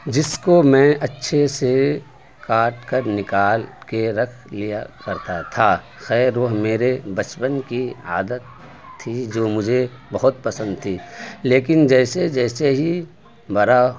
جس کو میں اچھے سے کاٹ کر نکال کے رکھ لیا کرتا تھا خیر وہ میرے بچپن کی عادت تھی جو مجھے بہت پسند تھی لیکن جیسے جیسے ہی بڑا